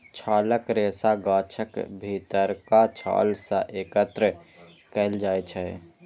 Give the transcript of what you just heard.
छालक रेशा गाछक भीतरका छाल सं एकत्र कैल जाइ छै